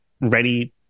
ready